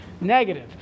Negative